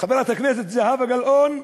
חברת הכנסת זהבה גלאון,